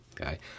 okay